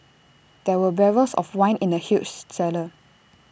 there were barrels of wine in the huge cellar